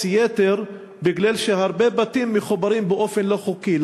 יתר מכיוון שהרבה בתים מחוברים באופן לא חוקי.